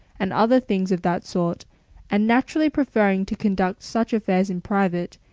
and other things of that sort and naturally preferring to conduct such affairs in private,